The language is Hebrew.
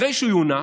אחרי שהוא יונח,